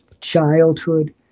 childhood